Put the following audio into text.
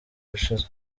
ushize